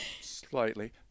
Slightly